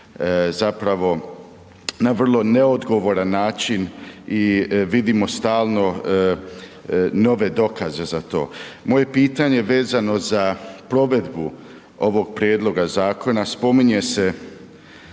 Zapravo na vrlo neodgovoran način i vidimo stalno nove dokaze za to. Moje pitanje vezano za provedbu ovog prijedloga zakona, spominje se